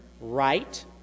right